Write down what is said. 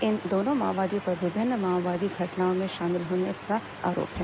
इन दोनों माओवादियों पर विभिन्न माओवादी घटनाओं में शामिल रहने का आरोप है